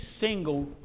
single